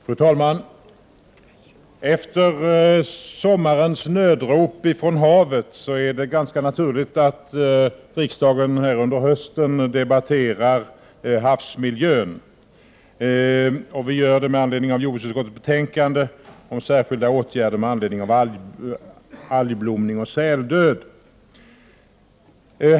Fru talman! Efter sommarens nödrop från havet är det ganska naturligt att riksdagen under hösten debatterar havsmiljön. Vi gör det med anledning av jordbruksutskottets betänkande om särskilda åtgärder med anledning av algblomning och säldöd.